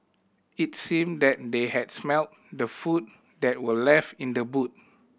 it seemed that they had smelt the food that were left in the boot